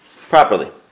properly